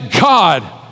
God